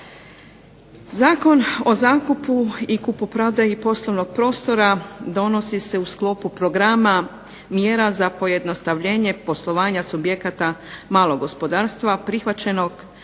Zakon o zakupu i kupoprodaji poslovnog prostora donosi se u sklopu programa mjera za pojednostavljenje poslovanja subjekata malog gospodarstva prihvaćenog